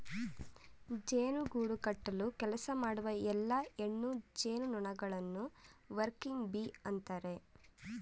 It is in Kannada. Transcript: ಜೇನು ಗೂಡು ಕಟ್ಟಲು ಕೆಲಸ ಮಾಡುವ ಎಲ್ಲಾ ಹೆಣ್ಣು ಜೇನುನೊಣಗಳನ್ನು ವರ್ಕಿಂಗ್ ಬೀ ಅಂತರೆ